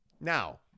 Now